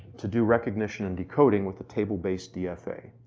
to do recognition and decoding with a table based dfa,